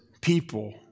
people